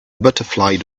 butterfly